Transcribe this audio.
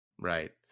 Right